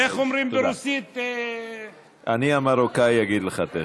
איך אומרים ברוסית, אני, המרוקאי, אגיד לך תכף,